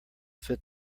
fit